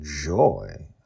Joy